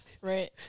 Right